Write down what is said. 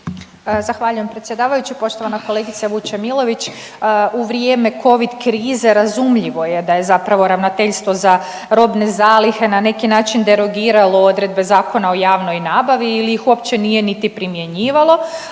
Zahvaljujem predsjedavajući. Poštovana kolegice Vučemilović, u vrijeme covid krize razumljivo je da je zapravo Ravnateljstvo za robne zalihe na neki način derogiralo odredbe Zakona o javnoj nabavi ili ih uopće nije niti primjenjivalo